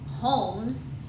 homes